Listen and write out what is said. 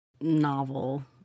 novel